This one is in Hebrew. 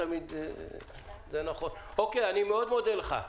אני מאוד מודה לך.